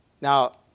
Now